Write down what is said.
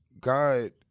God